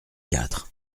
quatre